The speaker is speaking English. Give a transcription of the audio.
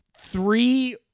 three